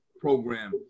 Program